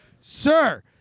Sir